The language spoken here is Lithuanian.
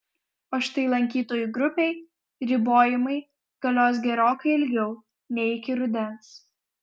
o šiai lankytojų grupei ribojimai galios gerokai ilgiau nei iki rudens